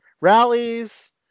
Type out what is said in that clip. rallies